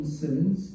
sins